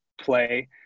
play